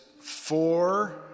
four